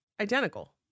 identical